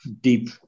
deep